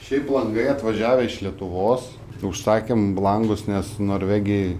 šiaip langai atvažiavę iš lietuvos užsakėm langus nes norvegijoj